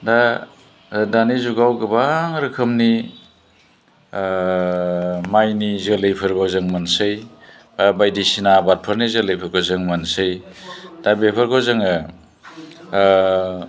दा दानि जुगाव गोबां रोखोमनि माइनि जोलैफोरबो जों मोनसै बायदिसिना आबादफोरनि जोलैफोरखौ जों मोनसे दा बेफोरखौ जोङो